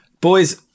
boys